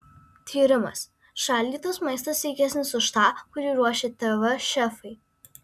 tyrimas šaldytas maistas sveikesnis už tą kurį ruošia tv šefai